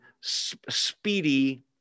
speedy